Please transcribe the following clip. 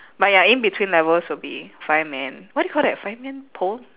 but ya in between levels will be fireman what you call that fireman pole